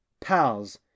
pals